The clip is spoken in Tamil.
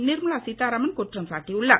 நிர்மலா சீத்தாராமன் குற்றம் சாட்டியுள்ளார்